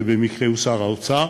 שבמקרה הוא שר האוצר,